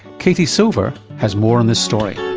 katie silver has more on this story.